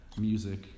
Music